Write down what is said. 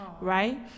Right